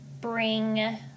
bring